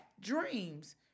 Dreams